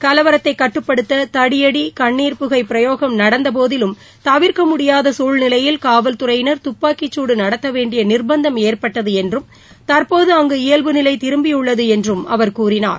கலவரத்தைக் கட்டுப்படுத்த தடியடி கண்ணீர் புகை பிரயோகம் நடந்த போதிலும் தவிர்க்க முடியாத சூழ்நிலையில் காவல்துறையினா் தப்பாக்கிசூடு நடத்த வேண்டிய நி்பந்தம் ஏற்பட்டது என்றும் தற்போது அங்கு இயல்பு நிலை திரும்பியுள்ளது என்றும் அவர் கூறினார்